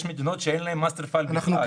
יש מדינות שאין להן master file בכלל.